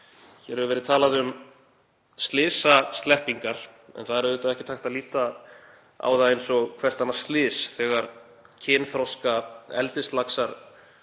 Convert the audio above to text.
Hér hefur verið talað um slysasleppingar en það er auðvitað ekkert hægt að líta á það eins og hvert annað slys þegar kynþroska eldislaxar